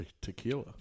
tequila